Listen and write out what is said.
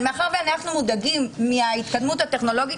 אבל מאחר שאנו מודאגים מההתקדמות הטכנולוגית